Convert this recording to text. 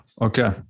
Okay